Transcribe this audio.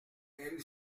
elle